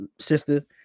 sister